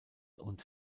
und